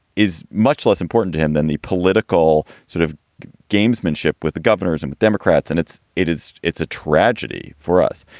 is much less important to him than the political sort of gamesmanship with the governors and the democrats. and it's it is it's a tragedy for us.